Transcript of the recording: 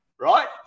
right